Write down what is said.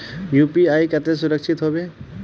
UPI केते सुरक्षित होबे है?